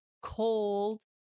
cold